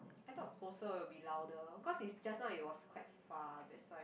I thought closer will be louder cause it's just now it was quite far that's why